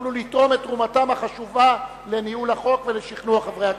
יוכלו לתרום את תרומתם החשובה לניהול החוק ולשכנוע חברי הכנסת.